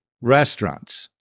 restaurants